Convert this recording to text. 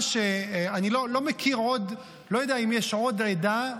אני לא יודע אם יש עוד עדה,